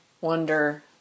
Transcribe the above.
wonder